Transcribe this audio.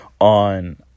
on